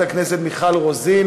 חברת הכנסת יחימוביץ,